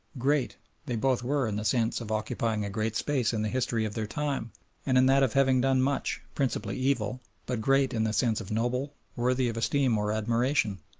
great they both were in the sense of occupying a great space in the history of their time and in that of having done much, principally evil, but great in the sense of noble, worthy of esteem or admiration!